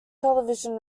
television